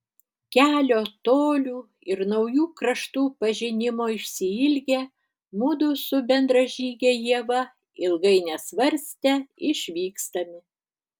kelio tolių ir naujų kraštų pažinimo išsiilgę mudu su bendražyge ieva ilgai nesvarstę išvykstame